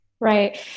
Right